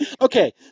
Okay